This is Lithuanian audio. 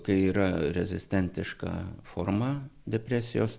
kai yra rezistentiška forma depresijos